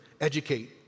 educate